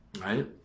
right